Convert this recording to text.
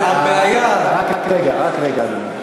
והבעיה, רק רגע, רק רגע, אדוני.